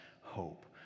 hope